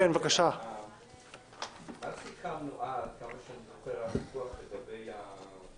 כן, רק להשתתפות בדיון.